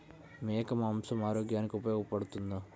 మేక మాంసం ఆరోగ్యానికి ఉపయోగపడుతుందా?